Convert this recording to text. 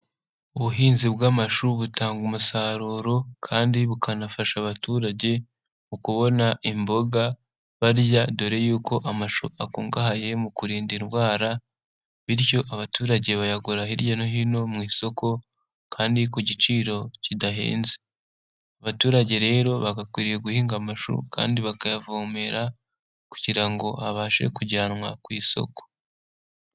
Ubuhinzi bw'amashuri butanga umusaruro kandi bukanafasha abaturage mu kubona imboga barya dore y'uko amashu akungahaye mu kurinda indwara bityo abaturage bayagura hirya no hino mu isoko kandi ku giciro kidahenze. Abaturage rero bagakwiriye guhinga amashu kandi bakayavomera kugira ngo abashe kujyanwa ku isoko.